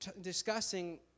discussing